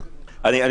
אמרנו,